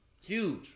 Huge